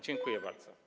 Dziękuję bardzo.